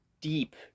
deep